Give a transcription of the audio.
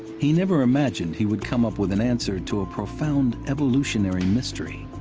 he never imagined he would come up with an answer to a profound evolutionary mystery.